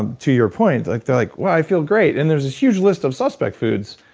um to your point, like they're like, wow, i feel great. and there's this huge list of suspect foods,